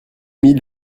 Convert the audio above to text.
mis